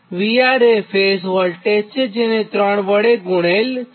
VR એ phase voltage છે જે 3 વડે ગુણેલ છે